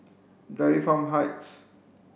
Dairy Farm Heights